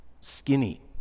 skinny